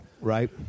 Right